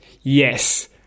Yes